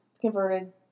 converted